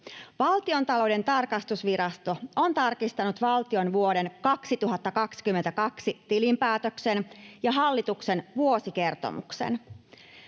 Valtiontalouden tarkastusvirasto on tarkistanut valtion vuoden 2022 tilinpäätöksen ja hallituksen vuosikertomuksen.